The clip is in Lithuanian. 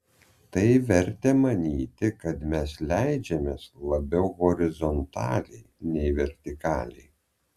tai vertė manyti kad mes leidžiamės labiau horizontaliai nei vertikaliai